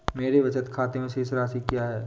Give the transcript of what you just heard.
मेरे बचत खाते में शेष राशि क्या है?